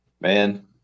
Man